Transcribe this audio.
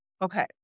Okay